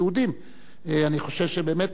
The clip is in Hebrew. אני חושב שבאמת נושא זה צריך לבוא